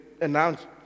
announce